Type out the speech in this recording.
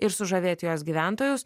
ir sužavėti jos gyventojus